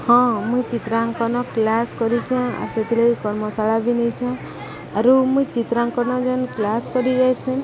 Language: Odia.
ହଁ ମୁଇଁ ଚିତ୍ରାଙ୍କନ କ୍ଲାସ୍ କରିଚେଁ ଆର୍ ସେଥିଲାଗି କର୍ମଶାଳା ବି ନେଇଚେଁ ଆରୁ ମୁଇଁ ଚିତ୍ରାଙ୍କନ ଯେନ୍ କ୍ଲାସ୍ କରି ଯାଏସେଁ